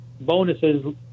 bonuses